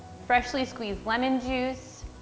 freshly squeezed lemon juice,